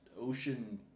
ocean